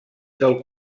del